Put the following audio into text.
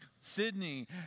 Sydney